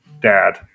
Dad